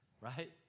right